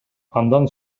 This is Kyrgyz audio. андан